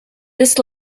this